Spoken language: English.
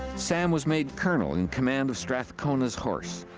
sam was made colonel, in command of strathcona's horse.